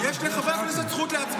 יש לחברי הכנסת זכות להצביע.